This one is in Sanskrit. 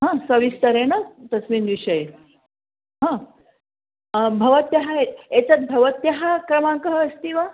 हा सविस्तरेण तस्मिन् विषये हा भवत्याः एतद् भवत्याः क्रमाङ्कः अस्ति वा